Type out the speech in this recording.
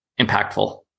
impactful